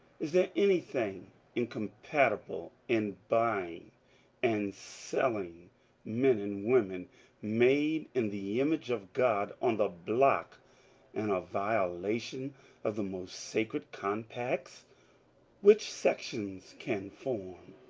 is there anything incompatible in buying and selling men and women made in the image of god on the block and a violation of the most sacred com pacts which sections can form.